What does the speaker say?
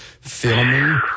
filming